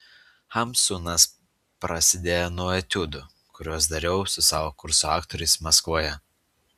hamsunas prasidėjo nuo etiudų kuriuos dariau su savo kurso aktoriais maskvoje